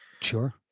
Sure